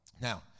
Now